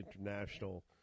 international